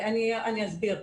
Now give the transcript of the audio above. אני אסביר.